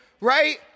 right